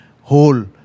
whole